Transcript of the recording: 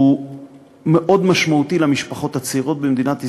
הוא מאוד משמעותי למשפחות הצעירות במדינת ישראל.